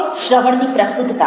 હવે શ્રવણની પ્રસ્તુતતા